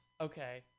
Okay